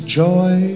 joy